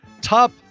Top